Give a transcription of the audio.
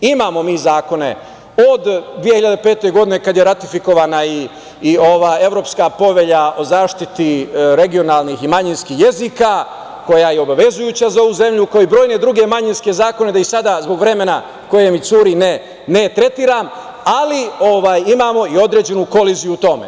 Imamo mi zakone od 2005. godine kada je ratifikovana i Evropska povelja o zaštiti regionalnih i manjinskih jezika, koja je obavezujuća za ovu zemlju, kao i brojne druge manjinske zakone, da ih sada zbog vremena koje mi curi ne tretiram, ali imamo i određenu koliziju u tome.